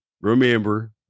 remember